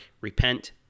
repent